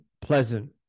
pleasant